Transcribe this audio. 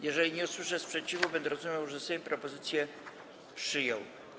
Jeżeli nie usłyszę sprzeciwu, będę rozumiał, że Sejm propozycję przyjął.